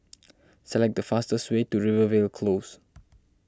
select the fastest way to Rivervale Close